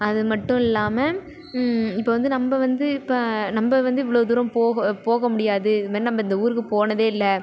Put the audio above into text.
அதுமட்டும் இல்லாமல் இப்போ வந்து நம்ம வந்து இப்போ நம்ம வந்து இவ்வளோ தூரம் போக போகமுடியாது இதுமாதிரி நம்ம இந்த ஊருக்கு போனதே இல்லை